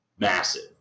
Massive